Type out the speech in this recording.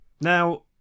Now